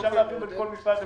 אפשר להעביר לכל משרד ומשרד,